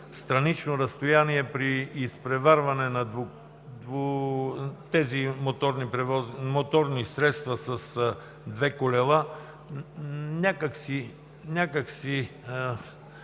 странично разстояние от 1,5 м при изпреварване на моторни средства с две колела, някак си